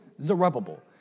Zerubbabel